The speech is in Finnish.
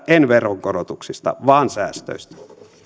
en veronkorotuksista vaan säästöistä